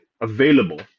available